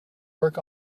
work